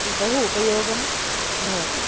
बहु उपयोगः भवति